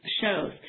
shows